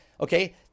okay